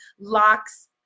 locks